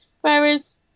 whereas